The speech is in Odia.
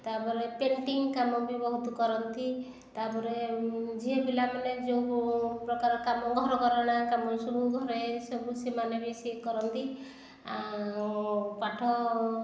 ତା'ପରେ ପେଣ୍ଟିଙ୍ଗ୍ କାମ ବି ବହୁତ କରନ୍ତି ତା'ପରେ ଝିଅପିଲାମାନେ ଯେଉଁ ପ୍ରକାର କାମ ଘରକରଣା କାମସବୁ ଘରେ ସବୁ ସେମାନେ ବି ସେଇ କରନ୍ତି ଆଉ ପାଠ